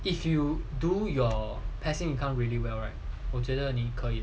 if you do your passing you can't really well right 我觉得你可以